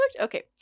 Okay